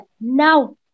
now